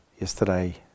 yesterday